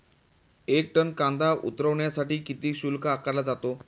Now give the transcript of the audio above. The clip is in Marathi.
एक टन कांदा उतरवण्यासाठी किती शुल्क आकारला जातो?